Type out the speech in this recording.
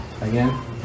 again